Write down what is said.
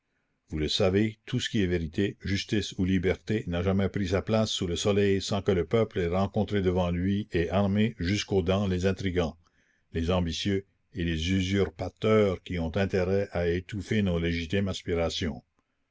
vous le savez tout ce qui est vérité justice ou liberté n'a jamais pris sa place sous le soleil sans que le peuple ait rencontré devant lui et armés jusqu'aux dents les intrigants les ambitieux et les usurpateurs qui ont intérêt à étouffer nos légitimes aspirations